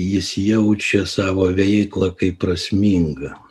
jis jaučia savo veiklą kaip prasmingą